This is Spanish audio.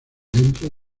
dentro